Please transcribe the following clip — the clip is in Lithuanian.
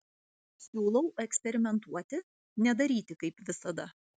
siūlau eksperimentuoti nedaryti kaip visada